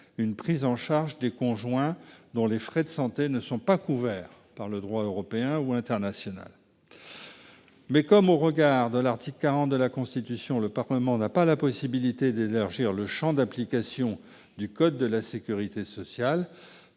la prise en charge des conjoints dont les frais de santé ne sont pas couverts par le droit européen ou international. Dans la mesure où, au regard de l'article 40 de la Constitution, le Parlement n'a pas la possibilité d'élargir le champ d'application du code de la sécurité sociale,